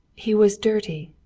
he was dirty,